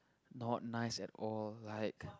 not nice at all like